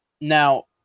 Now